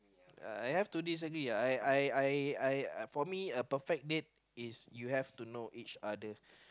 I have to disagree uh I I I I for me a perfect date is you have to know each other